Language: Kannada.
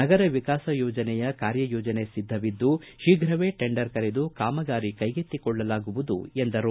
ನಗರ ವಿಕಾಸ ಯೋಜನೆಯ ಕಾರ್ಯಯೋಜನೆ ಸಿದ್ದವಿದ್ದು ಶೀಘ್ರವೇ ಟೆಂಡರ್ ಕರೆದು ಕಾಮಗಾರಿ ಕೈಗೊಳ್ಳಲಾಗುವುದು ಎಂದರು